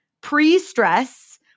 pre-stress